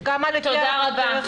תודה רבה.